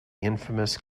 infamous